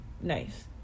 nice